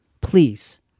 Please